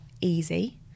easy